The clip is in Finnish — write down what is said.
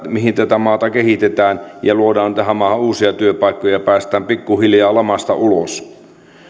mihin tätä maata kehitetään ja luodaan tähän maahan uusia työpaikkoja ja päästään pikkuhiljaa lamasta ulos